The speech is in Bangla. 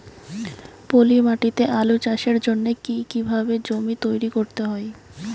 পলি মাটি তে আলু চাষের জন্যে কি কিভাবে জমি তৈরি করতে হয়?